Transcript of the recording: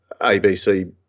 ABC